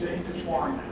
intertwined.